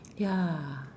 ya